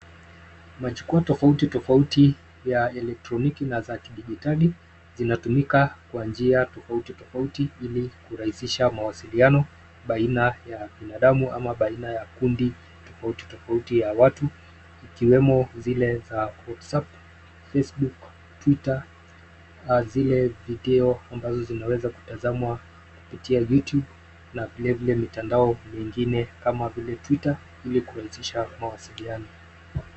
Majukwaa tofauti tofauti ya elektroniki na za kidijitali zinatumika kwa njia tofauti tofauti ili kurahisisha mawasailiano baina ya binadamu ama baina ya kundi tofauti tofauti ya watu; zikiwemo zile za whatsapp , facebook , twitter , zile video ambazo zinaweza kutazamwa kupitia youtube na vilevile mitandao mingine kama vile twitter ili kurahisisha mawasiliano.